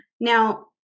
Now